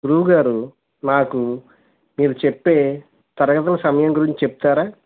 గురువుగారు నాకు మీరు చెప్పే తరగతుల సమయం గురించి చెప్తారా